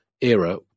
era